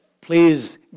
Please